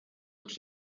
üks